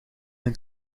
een